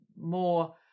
more